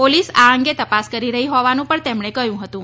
police આ અંગે તપાસ કરી રહી હોવાનું તેમણે કહ્યું હતું